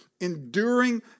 enduring